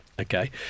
Okay